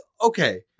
okay